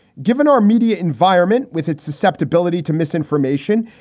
given our media environment with its susceptibility to misinformation,